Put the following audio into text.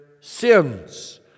sins